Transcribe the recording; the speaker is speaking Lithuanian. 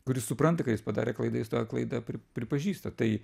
kuris supranta kad jis padarė klaidą jis tą klaidą pri pripažįsta tai